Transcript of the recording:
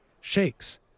shakes